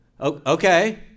okay